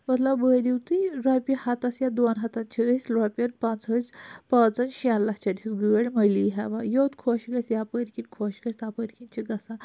مَطلَب وٲتِو تُہۍ رۅپیہِ ہتَس یا دۄن ہتَن چھِ أسۍ رۅپیَن پنٛژاہَن پانٛژن شیٚن لَچھَن ہٕنٛز گٲڑۍ مٔلی ہیٚوان یوٚت خۄش گَژھِ یَپٲرۍ کِنۍ خۄش گَژھِ تَپٲرۍ کِنۍ چھِ گَژھان